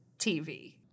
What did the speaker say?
TV